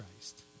Christ